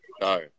no